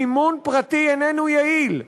מימון פרטי איננו יעיל.